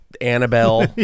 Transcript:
Annabelle